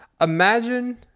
Imagine